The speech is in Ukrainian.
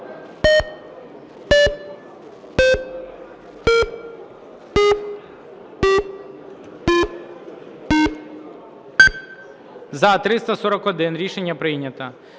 За-341 Рішення прийнято.